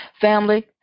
Family